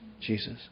Jesus